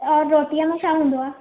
और रोटीअ में छा हूंदो आहे